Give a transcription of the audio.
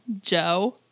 Joe